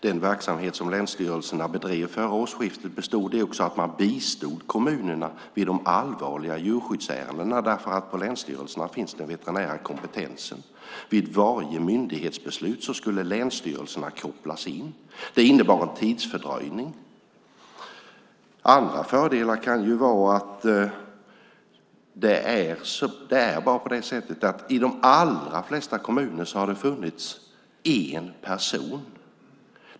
Den verksamhet som länsstyrelserna bedrev före årsskiftet bestod också i att man bistod kommunerna vid de allvarliga djurskyddsärendena, eftersom den veterinära kompetensen finns på länsstyrelserna. Vid varje myndighetsbeslut skulle länsstyrelserna kopplas in. Det innebar en tidsfördröjning. Det kan även vara andra fördelar. Det är bara på det sättet att det i de allra flesta kommuner har funnits en person.